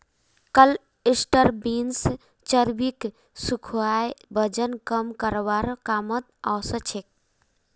cluster beans चर्बीक सुखाए वजन कम करवार कामत ओसछेक